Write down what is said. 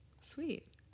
Sweet